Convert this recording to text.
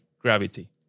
gravity